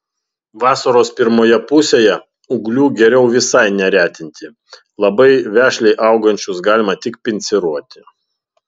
vasaros pirmoje pusėje ūglių geriau visai neretinti labai vešliai augančius galima tik pinciruoti